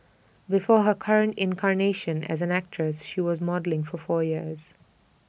before her current incarnation as an actress she was modelling for four years